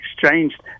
exchanged